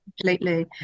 Completely